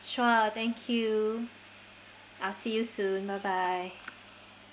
sure thank you I'll see you soon bye bye